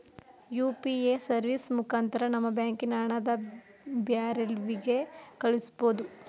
UPA service ಮುಖಾಂತರ ನಮ್ಮ ಬ್ಯಾಂಕಿನ ಹಣನ ಬ್ಯಾರೆವ್ರಿಗೆ ಕಳಿಸ್ಬೋದು